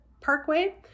Parkway